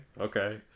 Okay